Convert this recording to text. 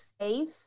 safe